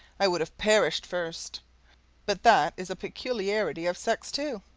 i would have perished first but that is a peculiarity of sex, too,